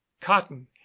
cotton